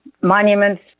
Monuments